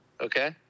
Okay